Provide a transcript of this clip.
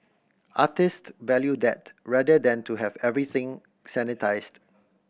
artist value that rather than to have everything sanitised